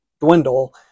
Dwindle